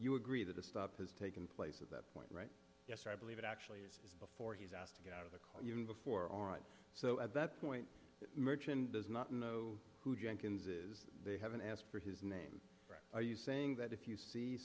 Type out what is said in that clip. you agree that the stop has taken place at that point right yes i believe it actually is before he's asked to get out of the car you can before on it so at that point merchant does not know who jenkins is they haven't asked for his name are you saying that if you see